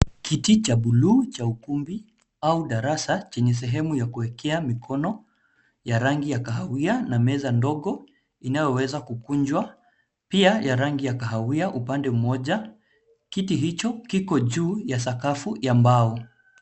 Kiti cha buluu cha ukumbi au darasa chenye sehemu ya kuwekea mikono, ya rangi ya kahawia na meza ndogo inayoweza kukunjwa. Pia ya rangi ya kahawia upande mmoja. Kiti hicho kiko juu ya sakafu ya mbao.